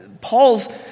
Paul's